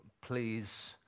please